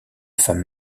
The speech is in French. femme